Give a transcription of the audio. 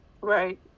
Right